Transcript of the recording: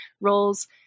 roles